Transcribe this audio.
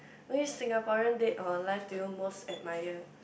which Singaporean dead or alive do you most admire